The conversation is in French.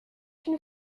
une